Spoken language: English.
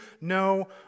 no